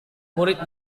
murid